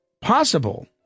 possible